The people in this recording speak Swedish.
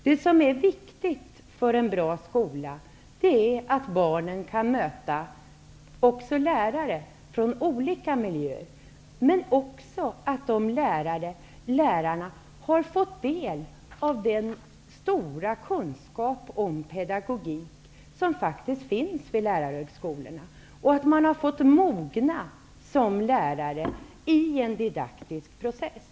Det som är viktigt för en bra skola är att barnen kan möta lärare från olika miljöer, men också att de lärarna har fått del av den stora kunskap om pedagogik som faktiskt finns vid lärarhögskolorna och att de har fått mogna som lärare i en didaktisk process.